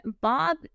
Bob